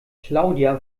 claudia